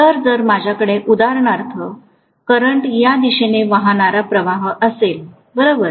तर जर माझ्याकडे उदाहरणार्थ तर करंट या दिशेने वाहणारा प्रवाह असेल बरोबर